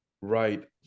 right